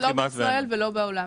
לא בישראל ולא בעולם.